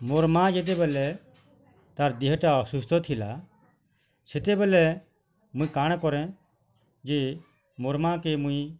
ମୋର ମାଆ ଯେତେବେଳେ ତା'ର ଦେହଟା ଅସୁସ୍ଥ ଥିଲା ସେତେବେଳେ ମୁଁ କାଁଣ କରେ ଯେ ମୋର ମାଆ କେ ମୁଇଁ